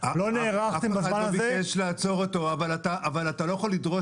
לא נערכתם בזמן הזה -- אף אחד לא ביקש לעצור אותו אבל אתה לא יכול לדרוש